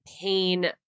pain